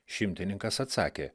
šimtininkas atsakė